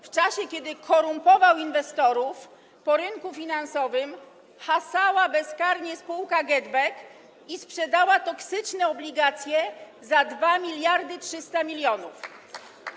W czasie, kiedy korumpował inwestorów, po rynku finansowym hasała bezkarnie spółka GetBack i sprzedawała toksyczne obligacje za 2300 mln zł.